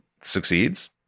succeeds